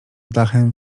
dachem